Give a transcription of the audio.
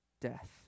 death